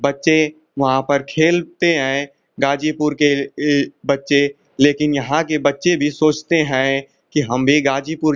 बच्चे वहाँ पर खेलते हैं गाजीपुर के बच्चे लेकिन यहाँ के बच्चे भी सोचते हैं कि हम भी गाजीपुर